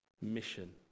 mission